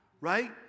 right